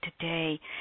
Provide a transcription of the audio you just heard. today